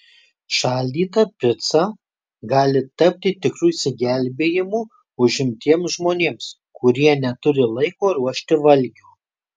šaldyta pica gali tapti tikru išsigelbėjimu užimtiems žmonėms kurie neturi laiko ruošti valgio